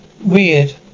weird